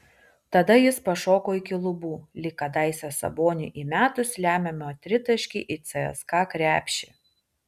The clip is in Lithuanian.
tada jis pašoko iki lubų lyg kadaise saboniui įmetus lemiamą tritaškį į cska krepšį